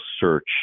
search